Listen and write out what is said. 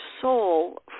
soul